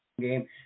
game